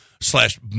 slash